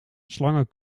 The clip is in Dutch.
slangen